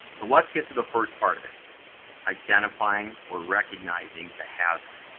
so, let's get to the first part of it identifying or recognizing the hazard.